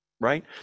right